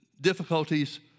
difficulties